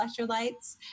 electrolytes